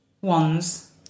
ones